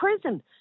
prison